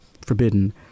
forbidden